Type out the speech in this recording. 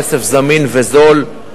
כסף זמין וזול,